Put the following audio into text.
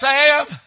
Sam